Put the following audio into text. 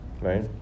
right